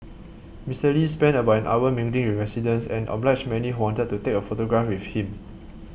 Mister Lee spent about an hour mingling with residents and obliged many who wanted to take a photograph with him